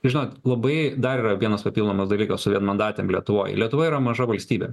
žinot labai dar yra vienas papildomas dalykas su vienmandatėm lietuvoj lietuva yra maža valstybė